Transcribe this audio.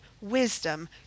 wisdom